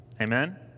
Amen